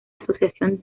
asociación